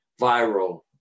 Viral